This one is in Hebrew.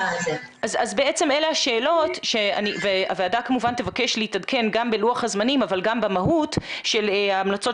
הוועדה כמובן תבקש להתעדכן גם בלוח הזמנים אבל גם במהות של ההמלצות